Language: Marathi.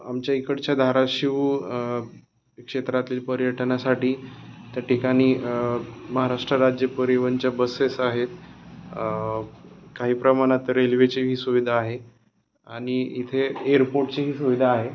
आमच्या इकडच्या धाराशिव क्षेत्रातील पर्यटनासाठी त्या ठिकाणी महाराष्ट्र राज्य परिवहनच्या बसेस आहेत काही प्रमाणात रेल्वेचीही सुविधा आहे आणि इथे एअरपोर्टचीही सुविधा आहे